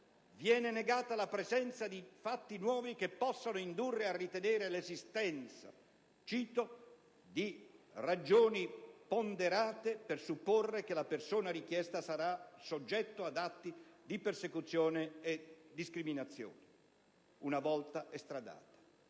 viene negata la presenza di fatti nuovi che possano indurre a ritenere l'esistenza di «ragioni ponderate per supporre che la persona richiesta sarà soggetta ad atti di persecuzione e discriminazione» una volta estradata.